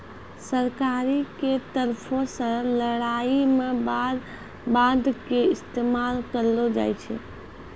सरकारो के तरफो से लड़ाई मे वार बांड के इस्तेमाल करलो जाय छै